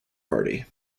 party